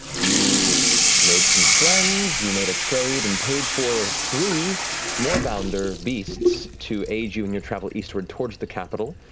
you made some friends, you made a trade and paid for three moorbounder beasts to aid you in your travel eastward towards the capital.